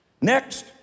Next